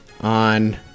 on